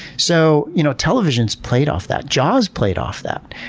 so you know, television's played off that. jaws played off that.